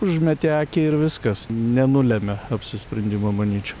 užmeti akį ir viskas nenulemia apsisprendimo manyčiau